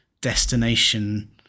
destination